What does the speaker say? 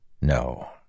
No